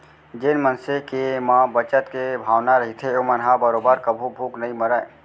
जेन मनसे के म बचत के भावना रहिथे ओमन ह बरोबर कभू भूख नइ मरय